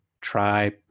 Try